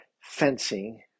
fencing